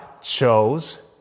chose